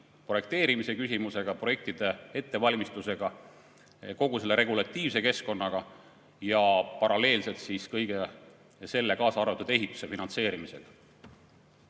projekteerimise küsimusega, projektide ettevalmistusega, kogu regulatiivse keskkonnaga ja paralleelselt kõige selle, kaasa arvatud ehituse finantseerimisega.